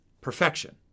perfection